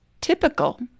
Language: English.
typical